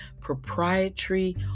proprietary